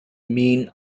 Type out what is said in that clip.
mean